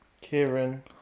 Kieran